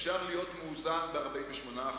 אפשר להיות מאוזן ב-48%,